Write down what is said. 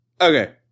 Okay